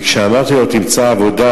כשאמרתי לו: תמצא עבודה,